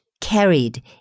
carried